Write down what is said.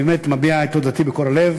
אני באמת מביע את תודתי מכל הלב,